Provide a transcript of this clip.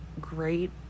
great